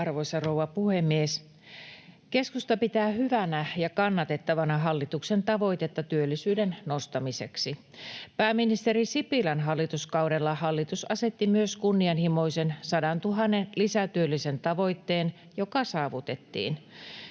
Arvoisa rouva puhemies! Keskusta pitää hyvänä ja kannatettavana hallituksena tavoitetta työllisyyden nostamiseksi. Pääministeri Sipilän hallituskaudella hallitus asetti myös kunnianhimoisen 100 000 lisätyöllisen tavoitteen, joka saavutettiin.